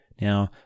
Now